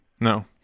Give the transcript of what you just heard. No